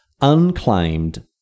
unclaimed